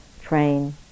train